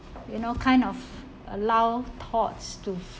you know kind of allow thoughts to